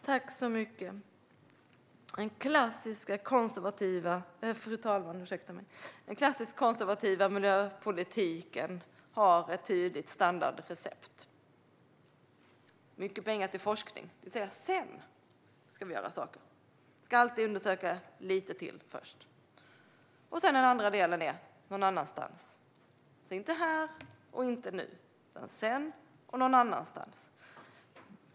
Fru talman! Den klassiska och konservativa miljöpolitiken har ett tydligt standardrecept. Det är mycket pengar till forskning, och sedan ska man göra saker. Först ska man alltid undersöka lite till. Sedan är den andra delen någon annanstans. Den är inte här och inte nu, utan den är sedan och någon annanstans.